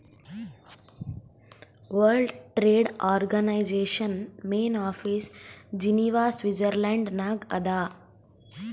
world trade organisation main office Geneva Switzerland ನಾಗ್ ಅದಾ